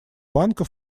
банка